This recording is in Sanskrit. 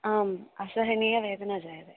आम् असहनीयवेदना जायते